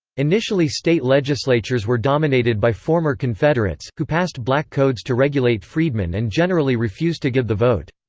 initially state legislatures were dominated by former confederates, who passed black codes to regulate freedmen and generally refused to give the vote.